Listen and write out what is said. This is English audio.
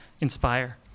inspire